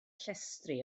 llestri